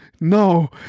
no